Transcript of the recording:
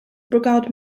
brigade